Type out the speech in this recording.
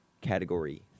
Category